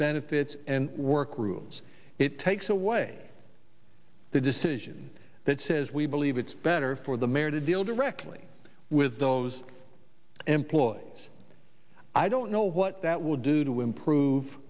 benefits and work rules it takes away the decision that says we believe it's better for the mayor to deal directly with those employers i don't know what that will do to improve